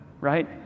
right